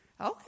Okay